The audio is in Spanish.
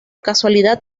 casualidad